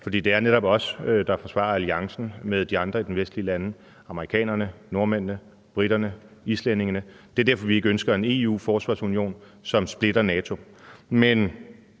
for det er netop os, der forsvarer alliancen med de andre vestlige lande – amerikanerne, nordmændene, briterne, islændingene. Det er derfor, vi ikke ønsker en EU-forsvarsunion, som splitter NATO.